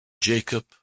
Jacob